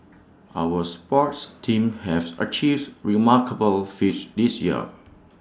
our sports teams have achieves remarkable feats this year